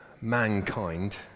mankind